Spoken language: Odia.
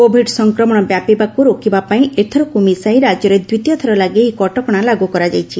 କୋଭିଡ ସଂକ୍ରମଣ ବ୍ୟାପିବାକୁ ରୋକିବା ପାଇଁ ଏଥରକୁ ମିଶାଇ ରାଜ୍ୟରେ ଦ୍ୱିତୀୟଥର ଲାଗି ଏହି କଟକଣା ଲାଗୁ କରାଯାଇଛି